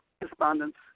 respondents